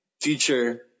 future